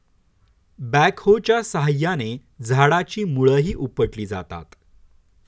बॅकहोच्या साहाय्याने झाडाची मुळंही उपटली जातात